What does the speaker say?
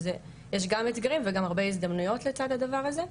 יש גם אתגרים וגם הרבה הזדמנויות לצד הדבר הזה,